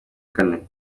kane